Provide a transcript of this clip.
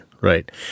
right